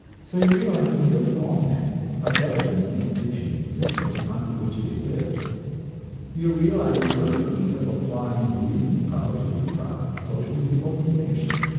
so you realize that nearly all men are better than the institutions and systems under which they live you realize the urgent need of applying your reasoning powers to the problem of social reorganization.